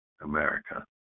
America